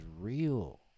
real